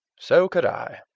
so could i.